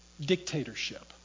dictatorship